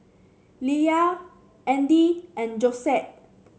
Leia Andy and Josette